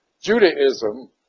Judaism